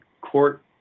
Court